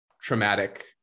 traumatic